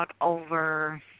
over